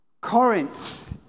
Corinth